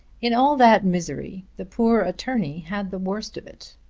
in all that misery the poor attorney had the worst of it.